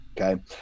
Okay